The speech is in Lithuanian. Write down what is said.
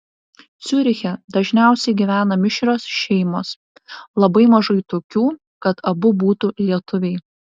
ciuriche dažniausiai gyvena mišrios šeimos labai mažai tokių kad abu būtų lietuviai